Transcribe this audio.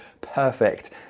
perfect